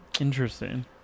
Interesting